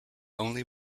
only